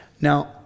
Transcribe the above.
Now